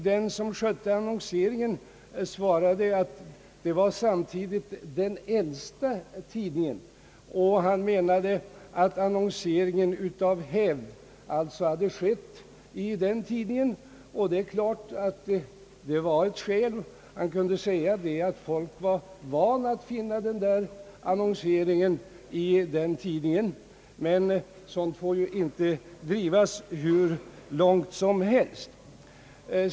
Den som skötte annonseringen svarade att det var samtidigt den äldsta tidningen. Han menade att annonseringen av hävd hade skett där. Det är klart att det var ett skäl; han kunde säga att folk var vana att finna annonseringen i den tidningen. Men sådant får ju inte drivas hur långt som helst.